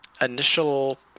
initial